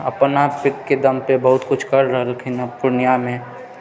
अपना आपके दम पे बहुत किछु कर रहलखिन हँ पूर्णियामे